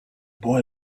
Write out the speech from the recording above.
boy